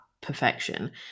perfection